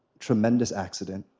tremendous accident.